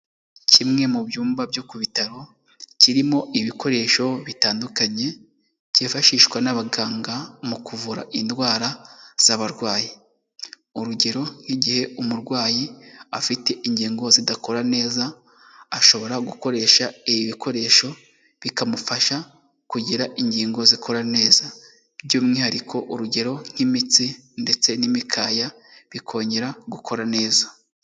Kimwe mu byumba byo ku bitaro, kirimo ibikoresho bitandukanye, byifashishwa n'abaganga mu kuvura indwara z'abarwayi. Urugero nk'igihe umurwayi afite ingingo zidakora neza, ashobora gukoresha ibi bikoresho, bikamufasha kugira ingingo zikora neza. By'umwihariko urugero nk'imitsi ndetse n'imikaya, bikongera gukora neza.